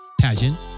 pageant